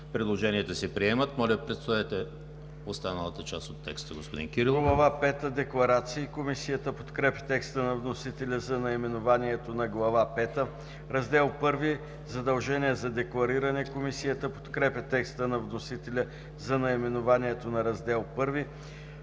Предложенията се приемат. Моля, представете останалата част от текста, господин Кирилов. ДОКЛАДЧИК ДАНАИЛ КИРИЛОВ: По Глава пета – „Декларации“. Комисията подкрепя текста на вносителя за наименованието на Глава пета. Раздел I – „Задължение за деклариране“. Комисията подкрепя текста на вносителя за наименованието на Раздел I.